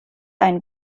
einen